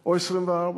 או 24?